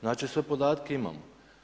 Znači, sve podatke imamo.